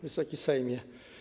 Wysoki Sejmie!